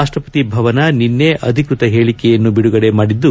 ರಾಷ್ಷಪತಿ ಭವನ ನಿನೈ ಅಧಿಕ್ಷತ ಹೇಳಿಕೆಯನ್ನು ಬಿಡುಗಡೆ ಮಾಡಿದ್ದು